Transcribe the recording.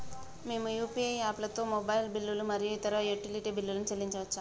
మేము యూ.పీ.ఐ యాప్లతోని మొబైల్ బిల్లులు మరియు ఇతర యుటిలిటీ బిల్లులను చెల్లించచ్చు